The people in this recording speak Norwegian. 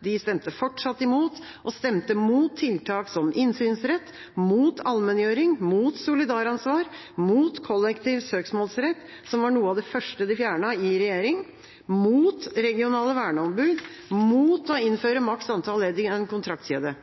de stemte fortsatt imot. De stemte mot tiltak som innsynsrett, mot allmenngjøring, mot solidaransvar, mot kollektiv søksmålsrett – som var noe av det første de fjernet i regjering – mot regionale verneombud, mot å innføre maks antall ledd i en kontraktkjede.